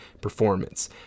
performance